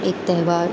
ایک تہوار